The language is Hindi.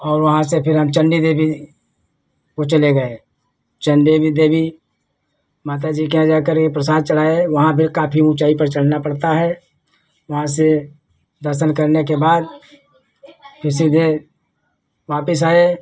और वहाँ से फिर हम चंडी देवी को चले गए चंडी देवी देवी माता जी के यहाँ जाकर यह प्रसाद चढ़ाए वहाँ पर काफ़ी ऊँचाई पर चढ़ना पड़ता है वहाँ से दर्शन करने के बाद फिर से जो है वापिस आए